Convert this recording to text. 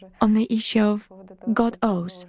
on the issue that god owes.